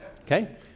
okay